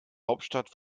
hauptstadt